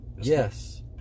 Yes